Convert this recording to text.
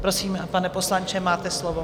Prosím, pane poslanče, máte slovo.